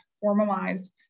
formalized